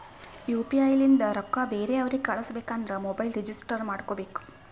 you P I ಲಿಂತ ರೊಕ್ಕಾ ಬೇರೆ ಅವ್ರಿಗ ಕಳುಸ್ಬೇಕ್ ಅಂದುರ್ ಮೊಬೈಲ್ ರಿಜಿಸ್ಟರ್ ಮಾಡ್ಕೋಬೇಕ್